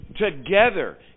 Together